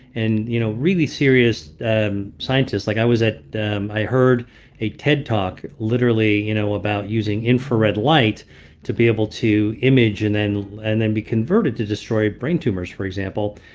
and you know really serious scientists, like i was at. i heard a ted talk literally you know about using infrared light to be able to image and then and then be converted to destroy brain tumors, for example.